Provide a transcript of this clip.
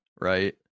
Right